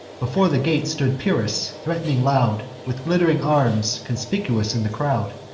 before the gate stood pyrrhus, threat'ning loud, with glitt'ring arms conspicuous in the crowd.